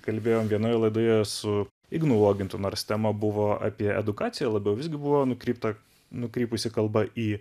kalbėjom vienoj laidoje su ignu uogintu nors tema buvo apie edukaciją labiau visgi buvo nukrypta nukrypusi kalba į